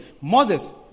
Moses